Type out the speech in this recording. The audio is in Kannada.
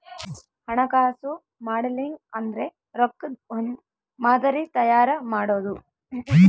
ಹಣಕಾಸು ಮಾಡೆಲಿಂಗ್ ಅಂದ್ರೆ ರೊಕ್ಕದ್ ಒಂದ್ ಮಾದರಿ ತಯಾರ ಮಾಡೋದು